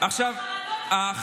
חרדות אתם מכניסים.